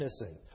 missing